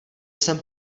jsem